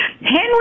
Henry